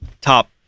top